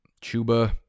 chuba